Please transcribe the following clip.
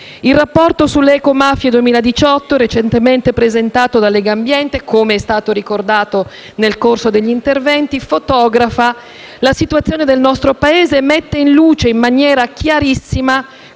Il rapporto sulle ecomafie 2018, recentemente presentato da Legambiente - come è stato ricordato nel corso degli interventi - fotografa la situazione del nostro Paese e mette in luce in maniera chiarissima